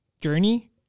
journey